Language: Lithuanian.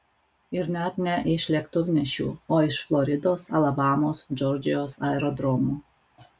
ir net ne iš lėktuvnešių o iš floridos alabamos džordžijos aerodromų